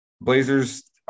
Blazers